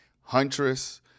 huntress